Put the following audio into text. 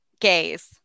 gays